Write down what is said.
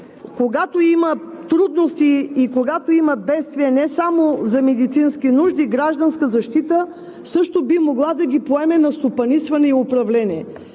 когато има трудности и когато има бедствия, не само за медицински нужди, Гражданска защита също би могла да ги поеме на стопанисване и управление.